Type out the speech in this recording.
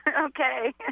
Okay